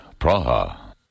Praha